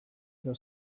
edo